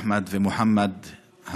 אחמד ומוחמד,